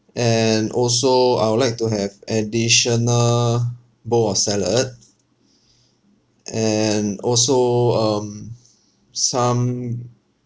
and also I would like to have additional bowl of salad and also um some